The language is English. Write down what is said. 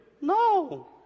no